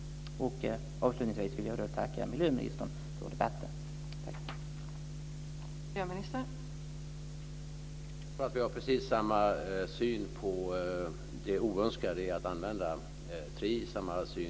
Avslutningsvis vill jag tacka miljöministern för debatten. Tack!